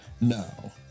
No